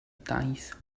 daith